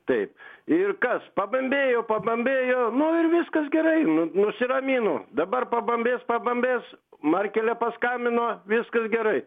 taip ir kas pabambėjo pabambėjo nu ir viskas gerai nu nusiramino dabar pabambės pabambės markelė nepaskambino viskas gerai